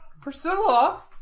Priscilla